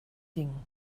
ding